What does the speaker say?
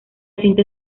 cinta